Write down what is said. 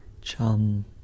Chum